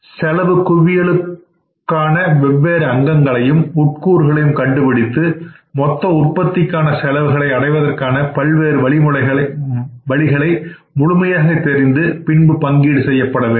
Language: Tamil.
செலவு குவியலுக்கான வெவ்வேறு அங்கங்களையும் உட்கூறுகளையும் கண்டுபிடித்து மொத்த உற்பத்திக்கான செலவுகளை அடைவதற்கான பல்வேறு வழிகளை முழுமையாக தெரிந்து பின்பு பங்கீடு செய்ய வேண்டும்